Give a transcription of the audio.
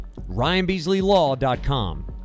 ryanbeasleylaw.com